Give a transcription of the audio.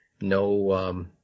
no